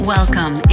Welcome